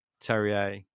terrier